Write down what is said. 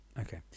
Okay